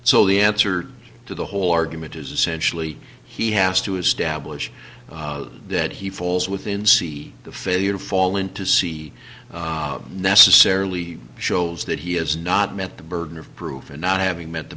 so the answer to the whole argument is essentially he has to establish that he falls within see the failure fall into c necessarily shows that he has not met the burden of proof and not having met the